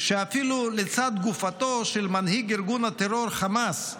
שאפילו לצד גופתו של מנהיג ארגון הטרור חמאס,